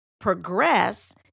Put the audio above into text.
progress